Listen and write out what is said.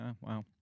Wow